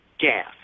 gas